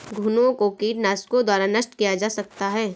घुनो को कीटनाशकों द्वारा नष्ट किया जा सकता है